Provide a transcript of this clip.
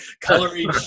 coloring